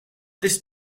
this